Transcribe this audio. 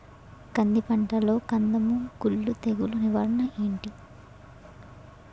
కంది పంటలో కందము కుల్లు తెగులు నివారణ ఏంటి?